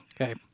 Okay